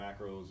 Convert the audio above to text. macros